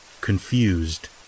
confused